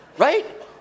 right